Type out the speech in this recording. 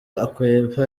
akwepa